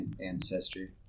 Ancestry